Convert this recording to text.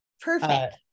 perfect